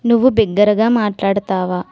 నువ్వు బిగ్గరగా మాట్లాడుతావా